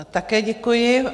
Také děkuji.